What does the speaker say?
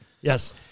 Yes